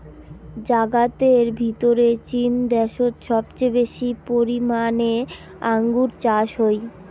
জাগাতের ভিতরে চীন দ্যাশোত সবচেয়ে বেশি পরিমানে আঙ্গুর চাষ হই